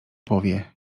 powie